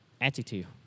attitude